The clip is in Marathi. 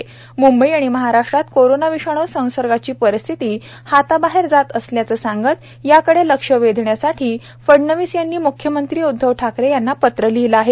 म्ंबई आणि महाराष्ट्रात कोरोना विषाणू संसर्गाची परिस्थिती हाताबाहेर जात असल्याचं सांगत याकडे लक्ष वेधण्यासाठी फडणवीस यांनी मुख्यमंत्री उद्धव ठाकरे यांना पत्र लिहिलं आहे